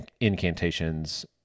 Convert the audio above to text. incantations